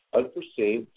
unforeseen